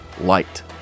light